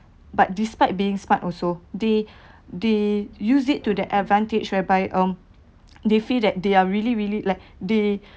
but despite being smart also they they use it to that advantage whereby um they feel that they are really really like they